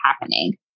happening